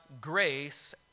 grace